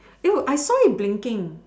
it were I saw it blinking